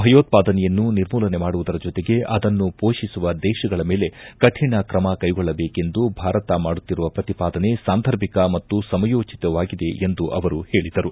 ಭಯೋತ್ವಾದನೆಯನ್ನು ನಿರ್ಮೂಲನೆ ಮಾಡುವುದರ ಜೊತೆಗೆ ಅದನ್ನು ಪೋಷಿಸುವ ದೇಶಗಳ ಮೇಲೆ ಕಠಿಣ ಕ್ರಮ ಕೈಗೊಳ್ಳಬೇಕೆಂದು ಭಾರತ ಮಾಡುತ್ತಿರುವ ಪ್ರತಿಪಾದನೆ ಸಾಂದರ್ಭಿಕ ಮತ್ತು ಸಮಯೋಜಿತವಾಗಿದೆ ಎಂದು ಹೇಳಿದರು